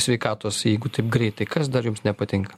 sveikatos jeigu taip greitai kas dar jums nepatinka